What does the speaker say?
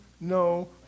no